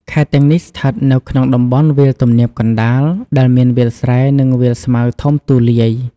ខេត្តទាំងនេះស្ថិតនៅក្នុងតំបន់វាលទំនាបកណ្តាល ដែលមានវាលស្រែ និងវាលស្មៅធំទូលាយ។